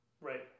right